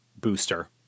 booster